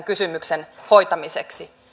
kysymyksen hoitamiseksi